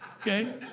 Okay